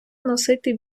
носити